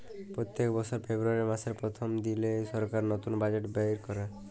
প্যত্তেক বসর ফেব্রুয়ারি মাসের পথ্থম দিলে সরকার লতুল বাজেট বাইর ক্যরে